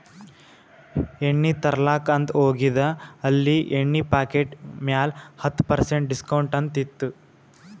ಎಣ್ಣಿ ತರ್ಲಾಕ್ ಅಂತ್ ಹೋಗಿದ ಅಲ್ಲಿ ಎಣ್ಣಿ ಪಾಕಿಟ್ ಮ್ಯಾಲ ಹತ್ತ್ ಪರ್ಸೆಂಟ್ ಡಿಸ್ಕೌಂಟ್ ಅಂತ್ ಇತ್ತು